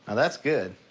and that's good.